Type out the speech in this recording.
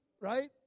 right